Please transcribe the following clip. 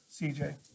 CJ